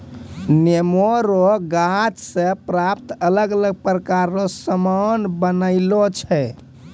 नेमो रो गाछ से प्राप्त अलग अलग प्रकार रो समान बनायलो छै